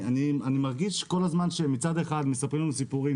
אני מרגיש שכל הזמן מצד אחד מספרים לנו סיפורים,